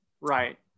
right